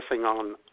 on